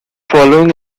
following